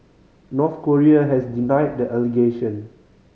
North Korea has denied the allegation